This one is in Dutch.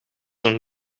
een